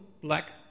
black